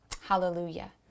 hallelujah